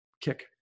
kick